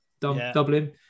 dublin